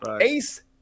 ace